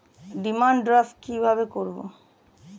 Demand draft কীভাবে করব?